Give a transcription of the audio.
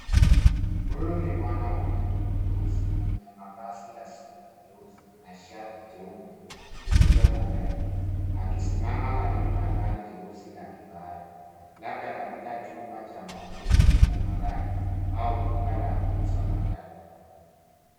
Huyu ni mwanaume mweusi, mwenye mavazi ya suti nyeusi na shati jeupe, lisilo na tai. Akisimama karibu na gari jeusi la kifahari labda katika chumba cha maonyesho ya magari au chumba cha kuuza magari.